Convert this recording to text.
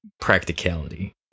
practicality